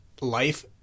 life